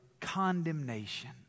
condemnation